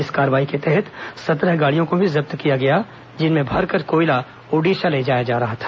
इस कार्रवाई के तहत सत्रह गाड़ियों को भी जब्त किया गया जिनमें भरकर कोयला ओडिशा ले जाया जा रहा था